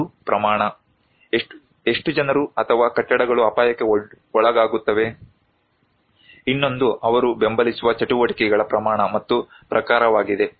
ಇನ್ನೊಂದು ಪ್ರಮಾಣ ಎಷ್ಟು ಜನರು ಅಥವಾ ಕಟ್ಟಡಗಳು ಅಪಾಯಕ್ಕೆ ಒಳಗಾಗುತ್ತವೆ ಇನ್ನೊಂದು ಅವರು ಬೆಂಬಲಿಸುವ ಚಟುವಟಿಕೆಗಳ ಪ್ರಮಾಣ ಮತ್ತು ಪ್ರಕಾರವಾಗಿದೆ